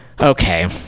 Okay